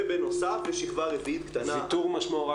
ויתור משמעו,